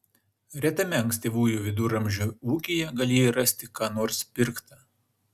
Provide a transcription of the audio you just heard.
retame ankstyvųjų viduramžių ūkyje galėjai rasti ką nors pirkta